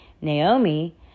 Naomi